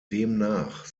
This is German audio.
demnach